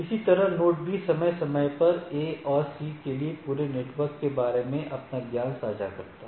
इसी तरह node B समय समय पर A और C के लिए पूरे नेटवर्क के बारे में अपना ज्ञान साझा करता है